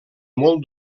molt